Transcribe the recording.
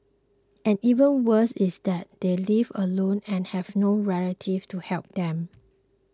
and even worse is that they live alone and have no relatives to help them